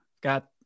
got